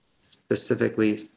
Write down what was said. specifically